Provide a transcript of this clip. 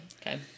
Okay